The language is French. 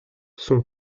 son